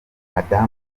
madamu